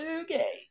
okay